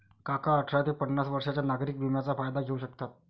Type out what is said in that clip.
काका अठरा ते पन्नास वर्षांच्या नागरिक विम्याचा फायदा घेऊ शकतात